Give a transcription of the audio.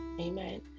amen